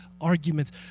arguments